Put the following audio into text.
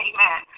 Amen